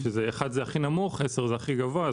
1 זה הכי נמוך ו-10 הכי גבוה,